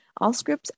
Allscripts